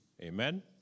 Amen